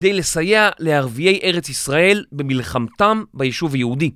כדי לסייע לערביי ארץ ישראל במלחמתם ביישוב היהודי.